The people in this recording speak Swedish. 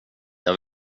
jag